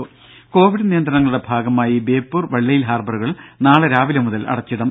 രംഭ Covid നിയന്ത്രണങ്ങളുടെ ഭാഗമായി ബേപ്പൂർ വെള്ളയിൽ ഹാർബറുകൾ നാളെ രാവിലെ മുതൽ അടച്ചിടും